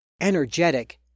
energetic